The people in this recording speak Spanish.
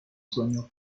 sueño